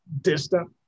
distant